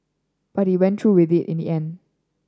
but he went through with it in the end